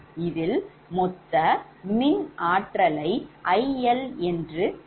இதில் மொத்த மின் ஆற்றலை 𝐼𝐿 என்று குறிப்பிடப்பட்டுள்ளது